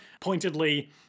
pointedly